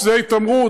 שזאת התעמרות,